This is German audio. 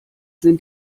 sind